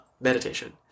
meditation